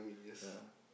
ya